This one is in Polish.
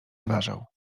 zważał